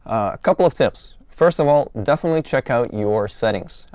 a couple of tips. first of all, definitely check out your settings.